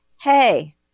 hey